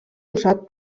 usat